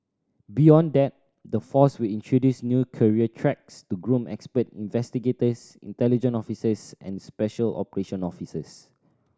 beyond that the force will introduce new career tracks to groom expert investigators intelligence officers and special operation officers